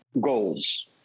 goals